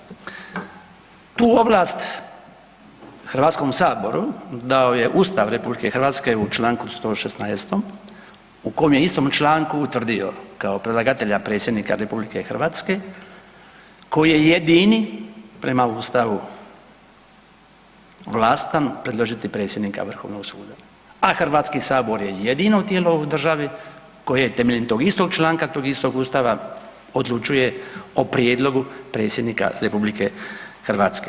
Tu ovlast u Hrvatskom saboru da je Ustav RH u čl. 116. u kom je u istom članku utvrdio kao predlagatelja Predsjednika RH koji je jedini prema Ustavu vlastan predložiti predsjednika Vrhovnog suda a Hrvatski sabor je jedino tijelo u državi koje temeljem tog istog članka tog istog Ustava, odlučuje o prijedlogu Predsjednika RH.